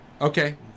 Okay